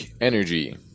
Energy